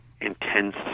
intense